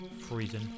Freezing